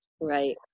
Right